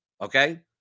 Okay